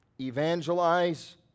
Evangelize